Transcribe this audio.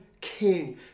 king